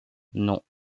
non